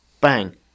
bang